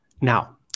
Now